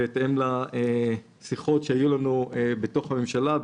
בהתאם לשיחות שהיו לנו בתוך הממשלה,